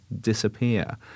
disappear